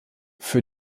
für